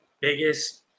biggest